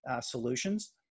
solutions